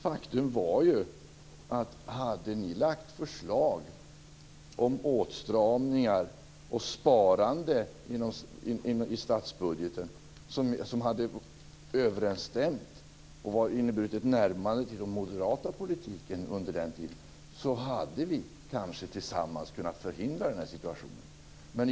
Faktum var att hade ni lagt fram förslag om åtstramningar och sparande i statsbudgeten som hade överensstämt med och inneburit ett närmande till den moderata politiken under den tiden hade vi kanske tillsammans kunnat förhindra den här situationen.